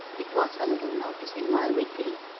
it was a little notice in my weekly,